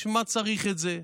בשביל מה צריך את זה?